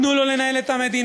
תנו לו לנהל את המדינה.